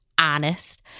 Honest